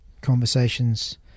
conversations